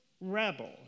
rebel